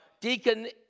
deacon